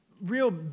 real